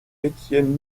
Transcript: étienne